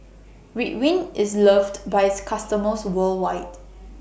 Ridwind IS loved By its customers worldwide